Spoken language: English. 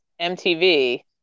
MTV